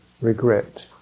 regret